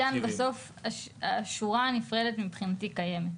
עידן, בסוף השורה הנפרדת מבחינתי קיימת.